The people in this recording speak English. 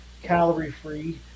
Calorie-free